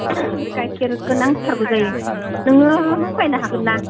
गाइखेरखो नांथारगौ जायो नोङो होफायनो हागोन ना